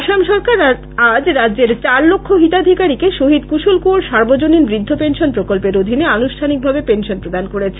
আসাম সরকার আজ রাজ্যের চারলক্ষ হিতাধিকারীকে শহিদ কৃশলকৃঁওর যাবজীবন বৃদ্ধ পেনশন প্রকল্পের অধীনে আনুষ্ঠানিক ভাবে পেনশন প্রদান করেছে